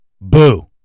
Boo